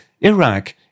Iraq